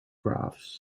graphs